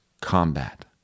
combat